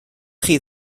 chi